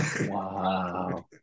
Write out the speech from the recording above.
Wow